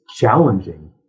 challenging